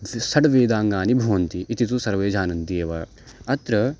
स् षड्वेदाङ्गानि भवन्ति इति तु सर्वे जानन्ति एव अत्र